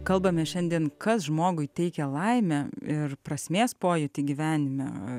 kalbame šiandien kas žmogui teikia laimę ir prasmės pojūtį gyvenime